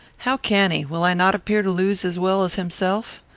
how can he? will i not appear to lose as well as himself?